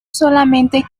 solamente